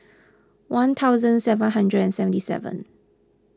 one thousand seven hundred and seventy seven